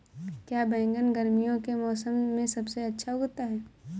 क्या बैगन गर्मियों के मौसम में सबसे अच्छा उगता है?